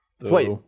Wait